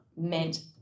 meant